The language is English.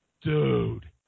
dude